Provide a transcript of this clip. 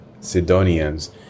Sidonians